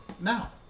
now